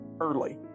early